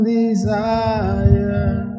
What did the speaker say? desire